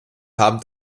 haben